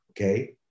okay